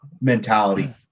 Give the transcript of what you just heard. mentality